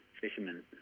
fishermen